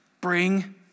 bring